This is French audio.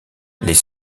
les